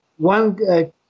One